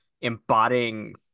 embodying